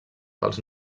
pels